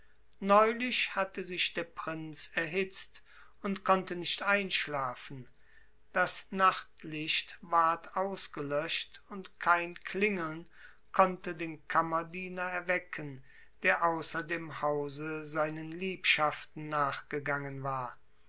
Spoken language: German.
neulich hatte sich der prinz erhitzt und konnte nicht einschlafen das nachtlicht ward ausgelöscht und kein klingeln konnte den kammerdiener erwecken der außer dem hause seinen liebschaften nachgegangen war